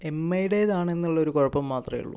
M ഐയുടെതാണെന്നുള്ള ഒരു കുഴപ്പം മാത്രമേ ഉള്ളു